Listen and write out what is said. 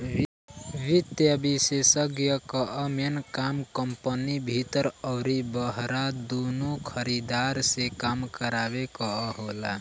वित्तीय विषेशज्ञ कअ मेन काम कंपनी भीतर अउरी बहरा दूनो खरीदार से काम करावे कअ होला